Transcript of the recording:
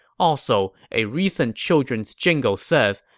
also, a recent children's jingle says,